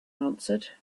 answered